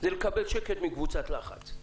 זה לקבל שקט מקבוצת לחץ.